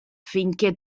finché